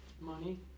Money